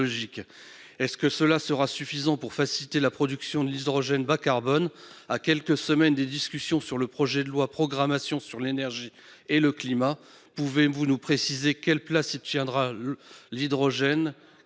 Cela sera-t-il suffisant pour faciliter la production d'hydrogène bas-carbone ? À quelques semaines de l'examen du projet de loi de programmation sur l'énergie et le climat, pouvez-vous nous préciser quelle place y tiendra l'hydrogène ?